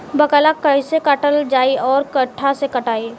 बाकला कईसे काटल जाई औरो कट्ठा से कटाई?